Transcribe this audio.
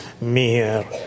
mere